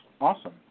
Awesome